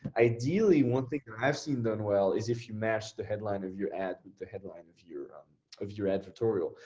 ideally, one thing that i've seen done well is if you match the headline of your ad with the headline of your of your advertorial,